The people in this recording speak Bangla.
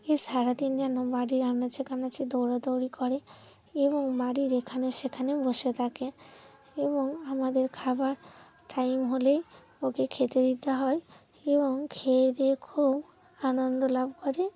এ সারাদিন যেন বাড়ির আনাচে কানাচে দৌড়াদৌড়ি করে এবং বাড়ির এখানে সেখানে বসে থাকে এবং আমাদের খাবার টাইম হলেই ওকে খেতে দিতে হয় এবং খেয়েদেয়ে খুব আনন্দ লাভ করে